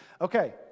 Okay